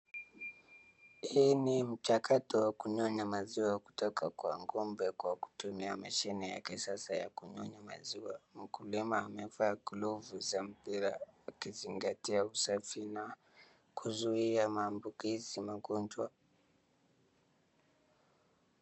Hii ni mchakato wa kunyonya maziwa kutoka kwa ng'ombe kwa kutumia mashine ya kisasa ya kunyonya maziwa. Mkulima amevaa glovu za mpira akizingatia usafi na kuzuia maambukizi magonjwa.